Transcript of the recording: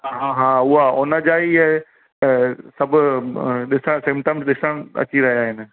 हा हा हा उहा हुनजा इहे सभु ॾिसणु सिंमटम्स ॾिसणु अची रहिया आहिनि